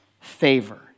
favor